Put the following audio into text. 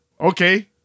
Okay